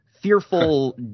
fearful